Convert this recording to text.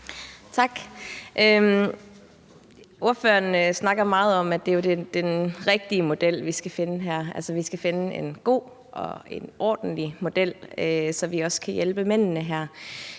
Tak. Ordføreren snakker meget om, at det jo er den rigtige model, vi skal finde her, altså at vi skal finde en god og en ordentlig model, så vi også kan hjælpe mændene her.